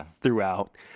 throughout